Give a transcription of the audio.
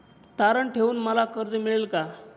तारण ठेवून मला कर्ज मिळेल का?